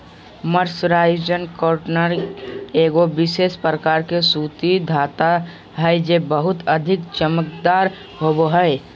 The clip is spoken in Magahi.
मर्सराइज्ड कॉटन एगो विशेष प्रकार के सूती धागा हय जे बहुते अधिक चमकदार होवो हय